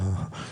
מה?